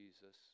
Jesus